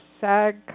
SAG